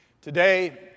Today